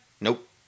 Nope